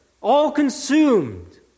all-consumed